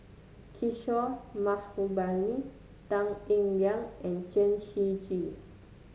Kishore Mahbubani Tan Eng Liang and Chen Shiji